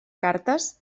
cartes